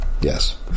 Yes